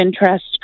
interest